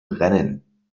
rennen